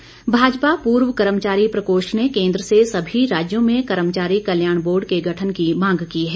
प्रकोष्ठ भाजपा पूर्व कर्मचारी प्रकोष्ठ ने केंद्र से सभी राज्यों में कर्मचारी कल्याण बोर्ड के गठन की मांग की है